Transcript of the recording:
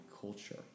culture